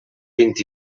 vint